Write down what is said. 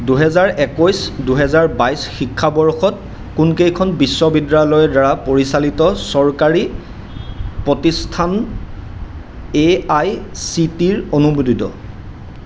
দুহেজাৰ একৈশ দুহেজাৰ বাইশ শিক্ষাবৰ্ষত কোনকেইখন বিশ্ববিদ্যালয় দ্বাৰা পৰিচালিত চৰকাৰী প্ৰতিষ্ঠান এ আই চি টি ৰ অনুমোদিত